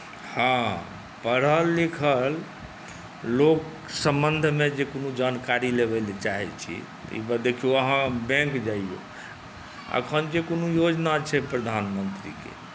हँ पढ़ल लिखल लोकक सम्बन्धमे जे कोनो जानकारी लेबयके चाहैत छी तऽ एकबेर देखियौ अहाँ बैंक जैयौ अखन जे कोनो योजना छै प्रधानमन्त्रीके